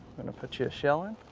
i'm gonna put you a shell in,